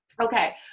Okay